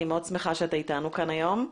אני מאוד שמחה שאתה אתנו כאן היום.